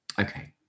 Okay